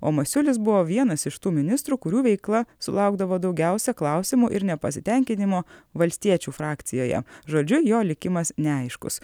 o masiulis buvo vienas iš tų ministrų kurių veikla sulaukdavo daugiausia klausimų ir nepasitenkinimo valstiečių frakcijoje žodžiu jo likimas neaiškus